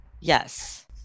Yes